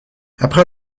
après